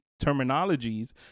terminologies